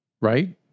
right